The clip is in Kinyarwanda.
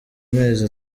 mezi